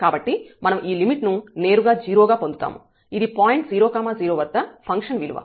కాబట్టి మనం ఈ లిమిట్ ను నేరుగా 0 గా పొందుతాము ఇది పాయింట్ 0 0 వద్ద ఫంక్షన్ విలువ